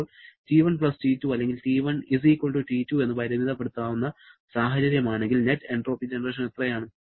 ഇപ്പോൾ T1 T2 അല്ലെങ്കിൽ T1 T2 എന്ന് പരിമിതപ്പെടുത്തുന്ന സാഹചര്യമാണെങ്കിൽ നെറ്റ് എൻട്രോപ്പി ജനറേഷൻ എത്രയാണ്